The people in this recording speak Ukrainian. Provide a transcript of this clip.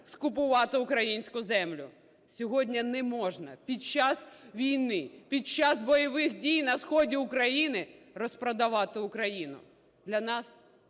скупувати українську землю, сьогодні не можна під час війни, під час бойових дій на сході України розпродавати Україну. Для нас